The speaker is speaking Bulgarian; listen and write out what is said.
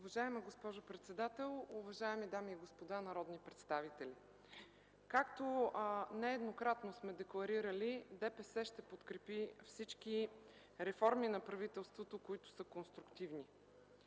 Уважаема госпожо председател, уважаеми дами и господа народни представители! Както нееднократно сме декларирали, Движението за права и свободи ще подкрепи всички реформи на правителството, които са конструктивни